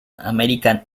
american